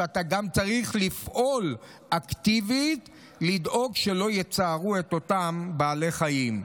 אלא אתה גם צריך לפעול אקטיבית ולדאוג שלא יצערו את אותם בעלי חיים.